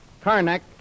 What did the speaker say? Karnak